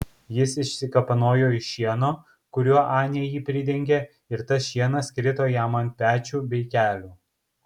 jis išsikapanojo iš šieno kuriuo anė jį pridengė ir tas šienas krito jam ant pečių bei kelių